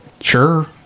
Sure